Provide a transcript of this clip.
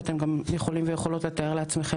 ואתם גם יכולים ויכולות לתאר לעצמכם